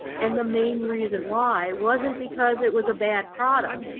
and the main reason why wasn't because it was a bad product.